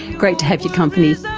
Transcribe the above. great to have your company, so